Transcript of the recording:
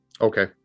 okay